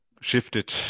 shifted